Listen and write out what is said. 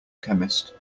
chemist